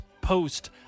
post